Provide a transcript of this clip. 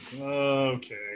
Okay